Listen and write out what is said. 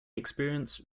experienced